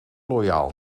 loyaal